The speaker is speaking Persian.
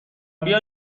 بیا